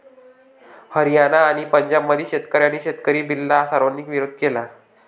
हरियाणा आणि पंजाबमधील शेतकऱ्यांनी शेतकरी बिलला सर्वाधिक विरोध केला